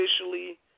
officially